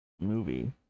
movie